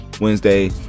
Wednesday